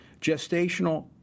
gestational